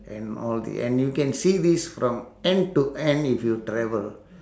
and all the and you can see this from end to end if you travel